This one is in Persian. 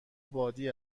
بادی